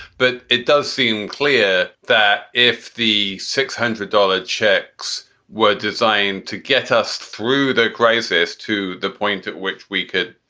but it does seem clear that if the six hundred dollar checks were designed to get us through the crisis to the point at which we could,